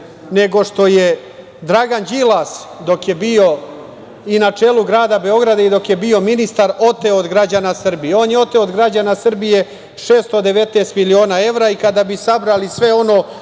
nego što je Dragan Đilas dok je bio i na čelu grada Beograda i dok je bio ministar oteo od građana Srbije. On je oteo od građana Srbije 619 miliona evra i kada bi sabrali sve ono